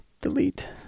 Delete